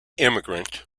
immigrant